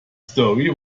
story